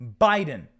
Biden